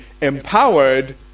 empowered